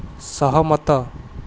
ସହମତ